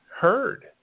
heard